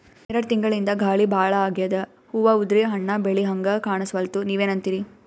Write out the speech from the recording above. ಎರೆಡ್ ತಿಂಗಳಿಂದ ಗಾಳಿ ಭಾಳ ಆಗ್ಯಾದ, ಹೂವ ಉದ್ರಿ ಹಣ್ಣ ಬೆಳಿಹಂಗ ಕಾಣಸ್ವಲ್ತು, ನೀವೆನಂತಿರಿ?